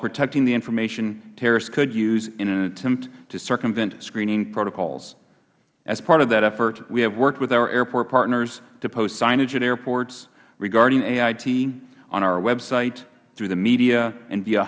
protecting the information terrorists could use in an attempt to circumvent screening protocols as part of that effort we have worked with our airport partners to post signage at airports regarding ait on our website through the media and